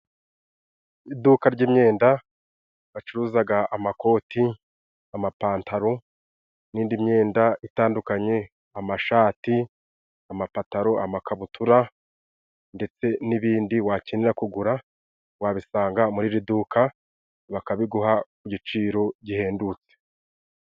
Iduka ry'imyenda bacuruzaga amakoti, amapantaro n'indi myenda itandukanye, amashati, amapataro, amakabutura ndetse n'ibindi wakenera kugura wabisanga muri iri duka, bakabiguha ku giciro gihendutse.